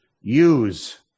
use